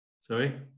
Sorry